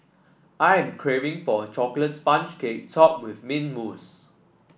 I am craving for a chocolate sponge cake topped with mint mousse